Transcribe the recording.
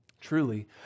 Truly